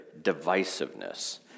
divisiveness